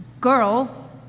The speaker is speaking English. girl